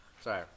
Sorry